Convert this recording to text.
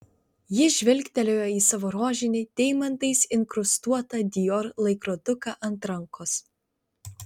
ji žvilgtelėjo į savo rožinį deimantais inkrustuotą dior laikroduką ant rankos